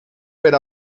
per